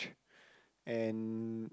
and